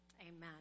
amen